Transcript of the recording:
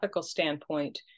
standpoint